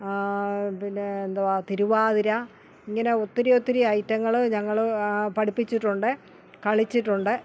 പിന്നെ എന്തുവാ തിരുവാതിര ഇങ്ങനെ ഒത്തിരിയൊത്തിരി ഐറ്റങ്ങൾ ഞങ്ങൾ പഠിപ്പിച്ചിട്ടുണ്ട് കളിച്ചിട്ടുണ്ട്